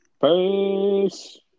Peace